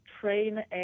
train